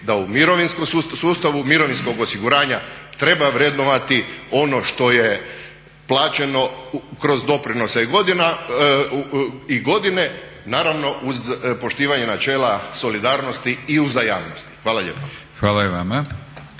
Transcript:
da u mirovinskom, sustavu mirovinskog osiguranja treba vrednovati ono što je plaćeno kroz doprinose i godine naravno uz poštivanje načela solidarnosti i uzajamnosti. Hvala lijepa.